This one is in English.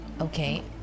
Okay